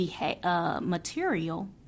material